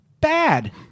bad